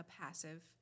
passive